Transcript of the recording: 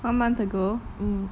mm